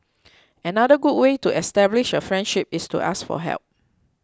another good way to establish a friendship is to ask for help